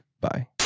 Bye